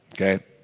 Okay